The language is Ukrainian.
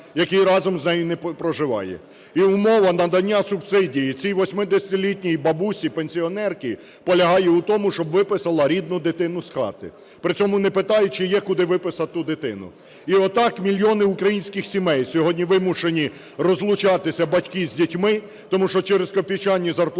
який разом з нею не проживає. І умова надання субсидії цій 80-літній бабусі, пенсіонерці полягає у тому, щоб виписала рідну дитину з хати, при цьому не питають, чи є куди виписати ту дитину. І отак мільйони українських сімей сьогодні вимушені розлучатися батьки з дітьми, тому що через копійчані зарплати